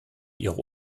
ihre